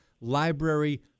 library